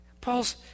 Paul's